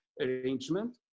arrangement